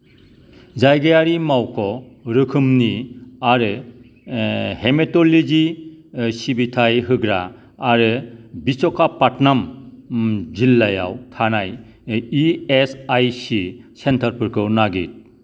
जायगायारि मावख' रोखोमनि आरो हेमेट'ल'जि सिबिथाय होग्रा आरो विशाखापातनाम जिल्लायाव थानाय इएसआइसि सेन्टारफोरखौ नागिर